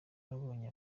nabonye